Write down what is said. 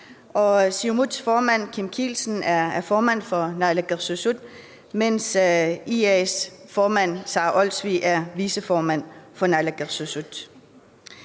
Siumuts formand, Kim Kielsen, er formand for naalakkersuisut, mens IA's formand, Sara Olsvig, er viceformand for naalakkersuisut.